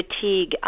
fatigue